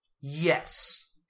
Yes